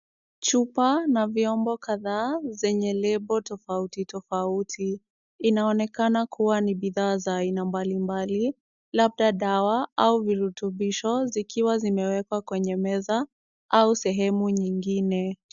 Chupa na vyombo kadhaa zenye lebo tofauti tofauti. Inaonekana kuwa ni bidhaa za aina mbalimbali, labda dawa au virutubisho zikiwa zimewekwa kwenye meza au sehemu nyingine.